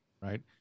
right